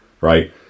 right